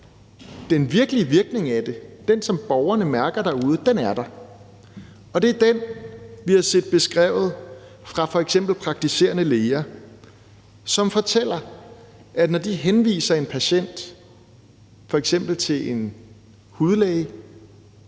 den virkelige virkning af det, altså den, som borgerne mærker derude, er der, og det er den, vi har set beskrevet fra f.eks. praktiserende læger, som fortæller, at når de henviser en patient, f.eks. til en hudlæge,